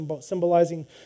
symbolizing